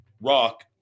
Rock